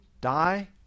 die